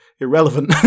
irrelevant